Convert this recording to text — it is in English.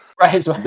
Right